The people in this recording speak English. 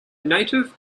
native